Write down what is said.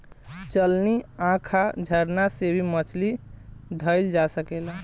चलनी, आँखा, झरना से भी मछली धइल जा सकेला